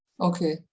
Okay